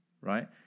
right